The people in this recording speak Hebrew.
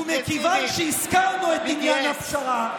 BDS. ומכיוון שהזכרנו את עניין הפשרה,